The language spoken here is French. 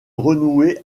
renouer